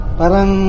parang